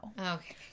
okay